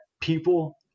people